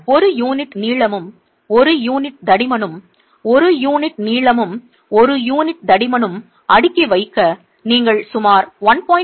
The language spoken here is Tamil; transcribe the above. ஒரு யூனிட் நீளமும் ஒரு யூனிட் தடிமனும் ஒரு யூனிட் நீளமும் ஒரு யூனிட் தடிமனும் அடுக்கி வைக்க நீங்கள் சுமார் 1